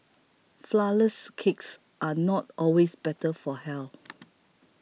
Flourless Cakes are not always better for health